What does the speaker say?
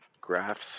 graphs